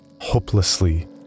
Hopelessly